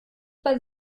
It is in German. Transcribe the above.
bei